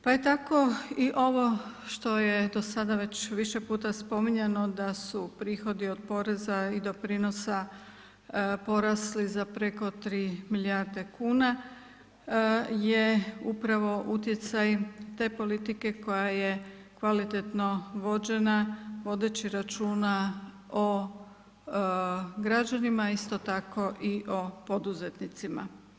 Pa je tako i ovo što je do sada već više puta spominjano da su prihodi od poreza i doprinosa porasli za preko 3 milijarde kuna je upravo utjecaj te politike koja je kvalitetno vođena vodeći računa o građanima, isto tako o poduzetnicima.